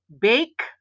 Bake